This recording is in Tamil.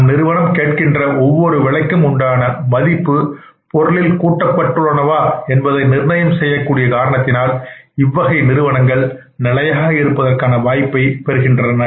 நம் நிறுவனம் கேட்கின்ற ஒவ்வொரு விலைக்கும் உண்டான மதிப்பு பொருளில் கூட்டப்பட்டுள்ளனவா என்பதை நிர்ணயம் செய்யக்கூடிய காரணத்தினால் இவ்வகை நிறுவனங்கள் நிலையாக இருப்பதற்கான வாய்ப்பை பெறுகின்றனர்